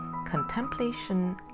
contemplation